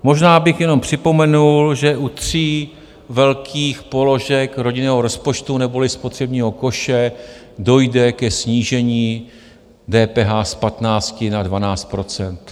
Možná bych jenom připomenul, že u tří velkých položek rodinného rozpočtu neboli spotřebního koše dojde ke snížení DPH z 15 na 12 %.